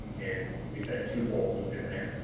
and we set two goals within there.